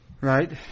Right